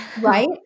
right